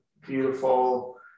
beautiful